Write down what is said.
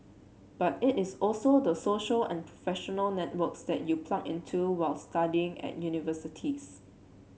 but it is also the social and professional networks that you plug into while studying at universities